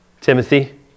Timothy